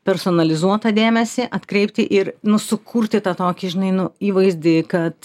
personalizuotą dėmesį atkreipti ir nu sukurti tą tokį žinai nu įvaizdį kad